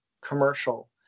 commercial